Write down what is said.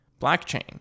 blockchain